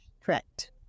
Correct